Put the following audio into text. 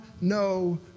no